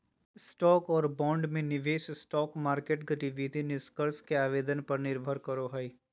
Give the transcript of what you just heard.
stock और bond में निवेश स्टॉक मार्केट गतिविधि निष्कर्ष के आवेदन पर निर्भर करो हइ